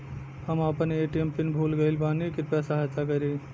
हम आपन ATM PIN भूल गईल बानी कृपया सहायता करी